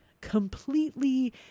completely